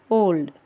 old